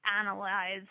analyze